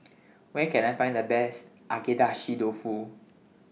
Where Can I Find The Best Agedashi Dofu